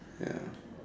ya